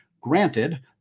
Granted